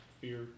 Fear